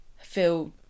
feel